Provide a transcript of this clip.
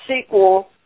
sequel